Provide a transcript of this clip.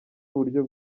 uburyo